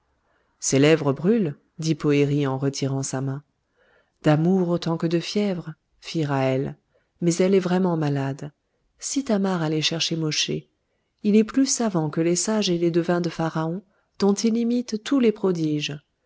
ses lèvres brûlent dit poëri en retirant sa main d'amour autant que de fièvre fit ra'hel mais elle est vraiment malade si thamar allait chercher mosché il est plus savant que les sages et les devins de pharaon dont il imite tous les prodiges